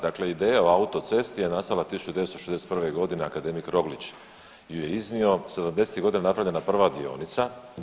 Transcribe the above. Dakle ideja o autocesti je nastala 1961.g., akademik Roglić ju je iznio, '70.-tih godina je napravljena prva dionica.